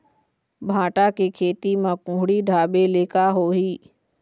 भांटा के खेती म कुहड़ी ढाबे ले का होही?